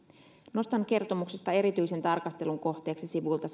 nostan kertomuksesta erityisen tarkastelun kohteeksi sivuilta